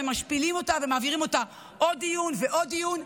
ומשפילים אותה ומעבירים אותה עוד דיון ועוד דיון,